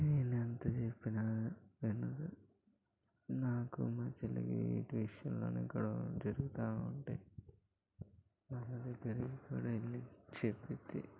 నేను ఎంత చెప్పినా వినదు నాకు మా చెల్లికి వీటి విషయాల్లోనే గొడవ జరుగుతూ ఉంటాయి వెళ్ళి చెపితే